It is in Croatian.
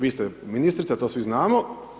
Vi ste ministrica to svi znamo.